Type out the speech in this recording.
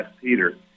Peter